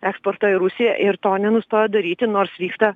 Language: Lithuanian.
eksportą į rusiją ir to nenustojo daryti nors vyksta